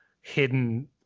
hidden